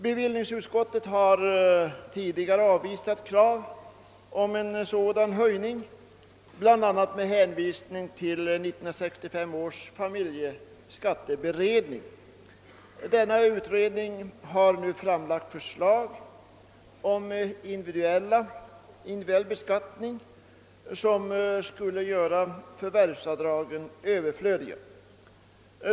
Bevillningsutskottet har tidigare avvisat krav på en sådan höjning, bl.a. med hänvisning till 1965 års familjeskatteberedning. Denna utredning har nu framlagt förslag om individuell beskattning, som skulle göra förvärvsavdragen överflödiga.